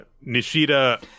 Nishida